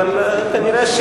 אבל כנראה,